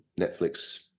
Netflix